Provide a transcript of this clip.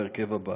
בהרכב הבא: